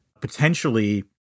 potentially